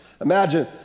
Imagine